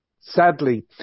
sadly